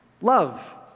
Love